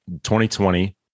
2020